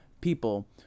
people